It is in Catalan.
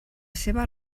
seva